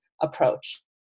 approach